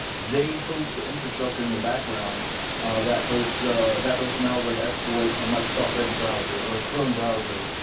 they host the infrastructure in the background that hosts that hosts malware to exploit a microsoft edge browser, or a chrome browser,